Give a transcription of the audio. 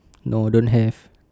no don't have